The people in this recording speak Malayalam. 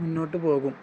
മുന്നോട്ട് പോകും